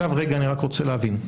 אני רוצה להבין,